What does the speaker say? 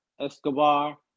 Escobar